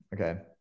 Okay